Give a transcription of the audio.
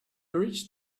reached